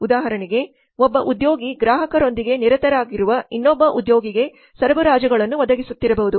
ಉದಾಹರಣೆಗೆ ಒಬ್ಬ ಉದ್ಯೋಗಿ ಗ್ರಾಹಕರೊಂದಿಗೆ ನಿರತರಾಗಿರುವ ಇನ್ನೊಬ್ಬ ಉದ್ಯೋಗಿಗೆ ಸರಬರಾಜುಗಳನ್ನು ಒದಗಿಸುತ್ತಿರಬಹುದು